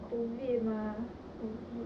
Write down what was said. COVID mah COVID